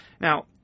Now